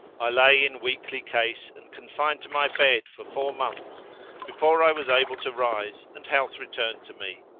i lay in weakly case and confined to my bed for four months before i was able to rise and health returned to me.